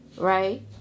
Right